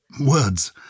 Words